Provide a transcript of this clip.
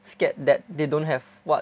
scared that they don't have what